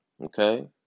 Okay